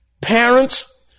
Parents